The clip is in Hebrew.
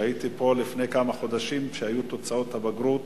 הייתי פה לפני כמה חודשים כשהיו תוצאות הבגרות